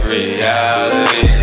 reality